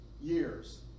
years